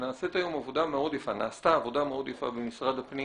שנעשתה עבודה מאוד יפה במשרד הפנים